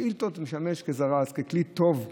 השאילתות משמשות כזרז, ככלי שטוב לנו,